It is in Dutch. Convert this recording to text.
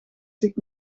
zich